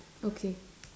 okay